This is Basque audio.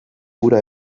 hura